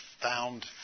found